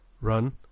run